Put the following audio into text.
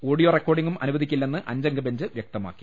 audio റെക്കോർഡിങ്ങും അനുവദിക്കില്ലെന്ന് അഞ്ചംഗ ബെഞ്ച് വ്യക്ത മാക്കി